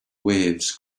waves